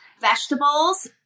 vegetables